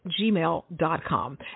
gmail.com